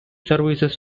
services